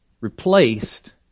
replaced